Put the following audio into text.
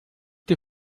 die